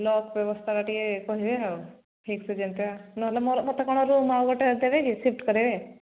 lock ବ୍ୟବସ୍ଥାଟା ଟିକେ କହିବେ ଆଉ ଫିକ୍ସ ଯେମିତି ନହେଲେ ମୋର ମୋତେ କ'ଣ ରୁମ୍ ଆଉ ଗୋଟେ ଦେବେ କି ସିଫ୍ଟ କରେଇବେ